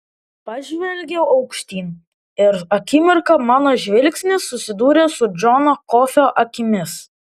pažvelgiau aukštyn ir akimirką mano žvilgsnis susidūrė su džono kofio akimis